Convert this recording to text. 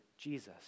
Jesus